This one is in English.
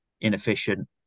inefficient